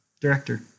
director